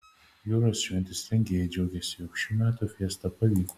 jūros šventės rengėjai džiaugiasi jog šių metų fiesta pavyko